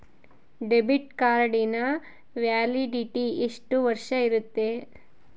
Debit ಕಾರ್ಡಿನ validity ಎಷ್ಟು ವರ್ಷ ಇರುತ್ತೆ?